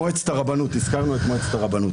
הזכרנו את מועצת הרבנות,